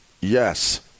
yes